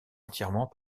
entièrement